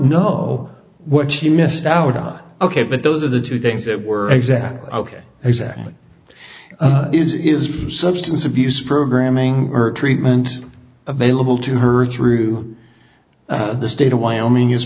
know what she missed out on ok but those are the two things that were exactly ok exactly is it is substance abuse programming or treatment available to her through the state of wyoming is